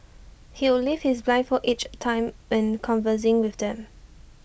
he would lift his blindfold each time when conversing with them